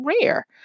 rare